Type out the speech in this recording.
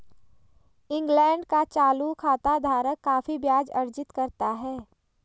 England का चालू खाता धारक काफी ब्याज अर्जित करता है